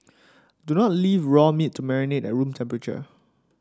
do not leave raw meat to marinate at room temperature